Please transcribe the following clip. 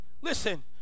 Listen